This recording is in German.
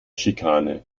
schikane